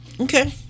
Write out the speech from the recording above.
okay